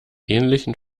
ähnlichen